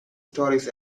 stories